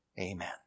Amen